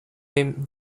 him